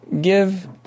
Give